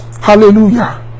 Hallelujah